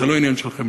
זה לא עניין של חמלה.